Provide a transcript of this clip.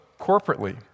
corporately